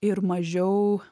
ir mažiau